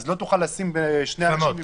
לא תוכל לשים שני אנשים במקומם?